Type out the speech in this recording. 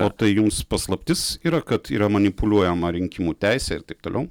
o tai jums paslaptis yra kad yra manipuliuojama rinkimų teise ir taip toliau